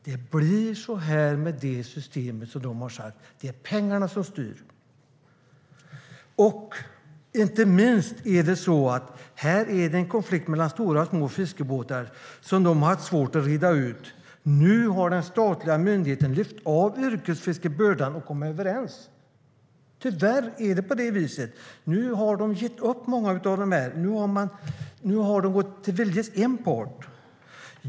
Det blir så här med det system som föreslagits: Det är pengarna som styr. Inte minst är det en konflikt mellan stora och små fiskebåtar som de har haft svårt att reda ut. Nu har den statliga myndigheten lyft av yrkesfisket bördan att komma överens. Tyvärr har många av dem gett upp. Nu har de gått en part till viljes.